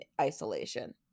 isolation